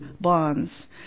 bonds